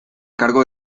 cargo